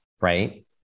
right